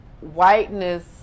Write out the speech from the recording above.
whiteness